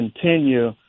continue